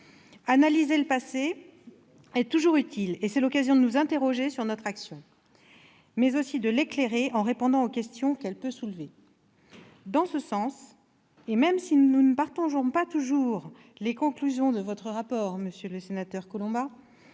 Analyser le passé est toujours utile ; c'est l'occasion de nous interroger sur notre action, mais aussi de l'éclairer, en répondant aux questions qu'elle peut soulever. En ce sens, même si nous ne partageons pas toujours les conclusions de votre rapport, monsieur le sénateur,